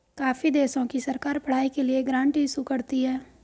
काफी देशों की सरकार पढ़ाई के लिए ग्रांट इशू करती है